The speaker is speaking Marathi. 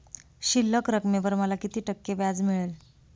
शिल्लक रकमेवर मला किती टक्के व्याज मिळेल?